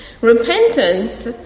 Repentance